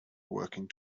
working